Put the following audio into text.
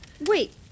Wait